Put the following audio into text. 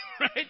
right